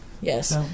yes